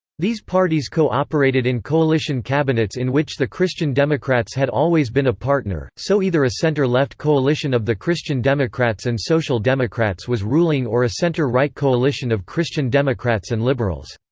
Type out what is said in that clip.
these parties co-operated in coalition cabinets in which the christian democrats had always been a partner so either a centre-left coalition of the christian democrats and social democrats was ruling or a centre-right coalition of christian democrats and liberals.